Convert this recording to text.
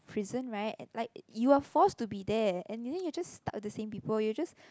prison right like you are forced to be there and then just you are stuck with the same people you're just